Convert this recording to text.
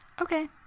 Okay